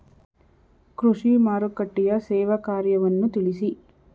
ಕೃಷಿ ಮಾರುಕಟ್ಟೆಯ ಸೇವಾ ಕಾರ್ಯವನ್ನು ತಿಳಿಸಿ?